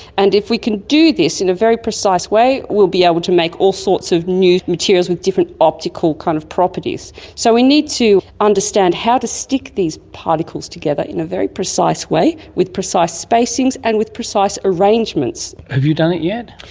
and if we can do this in a very precise way we will be able to make all sorts of new materials with different optical kind of properties. so we need to understand how to stick these particles together in a very precise way with precise spacings and with precise arrangements. have you done it yet?